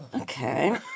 Okay